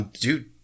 Dude